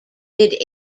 mid